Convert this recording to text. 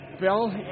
Bill